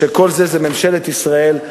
שזו ממשלת ישראל,